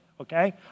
okay